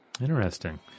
Interesting